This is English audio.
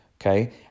Okay